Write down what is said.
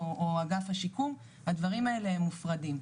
או אגף השיקום, הדברים האלה הם מופרדים.